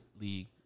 League